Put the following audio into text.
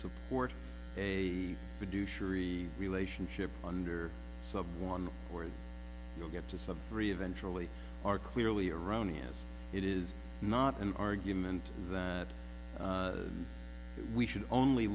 sharee relationship under someone or you'll get to some three eventually are clearly erroneous it is not an argument that we should only